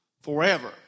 forever